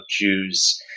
Jews